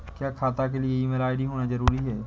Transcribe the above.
क्या खाता के लिए ईमेल आई.डी होना जरूरी है?